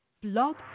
Blog